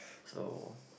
so